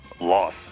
Loss